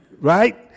Right